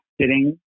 sitting